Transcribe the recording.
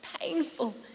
painful